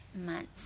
months